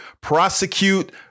prosecute